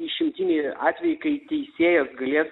išimtiniai atvejai kai teisėjas galės